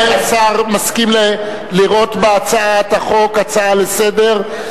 השר מסכים לראות בהצעת החוק הצעה לסדר-היום,